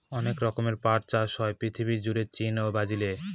অনেক রকমের পাট চাষ হয় পৃথিবী জুড়ে চীন, ব্রাজিলে